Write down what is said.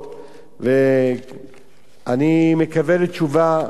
ואני מקווה לתשובה מהירה